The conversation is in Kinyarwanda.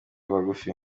bagufi